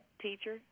teacher